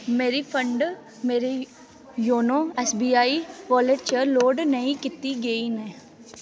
मेरे फंड मेरी YONO S B I wallet च लोड नेईं कीती गेई न